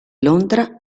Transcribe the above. londra